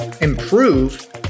improve